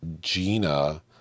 Gina